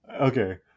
Okay